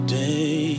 day